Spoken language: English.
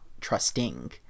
trusting